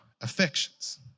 affections